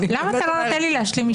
למה אתה לא נותן לי להשלים משפט?